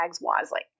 wisely